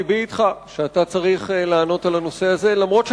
לבי אתך שאתה צריך לענות על הנושא הזה אף-על-פי